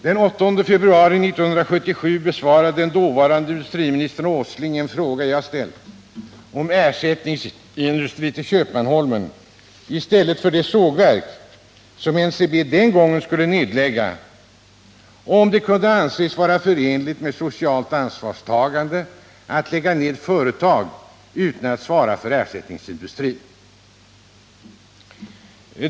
Den 8 februari 1977 besvarade den dåvarande industriministern Åsling en fråga som jag ställt om ersättningsindustri till Köpmanholmen i stället för det sågverk som NCB den gången skulle nedlägga, och om det kunde anses vara förenligt med socialt ansvarstagande att lägga ned företag utan att svara för ersättningsindustri.